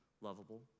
lovable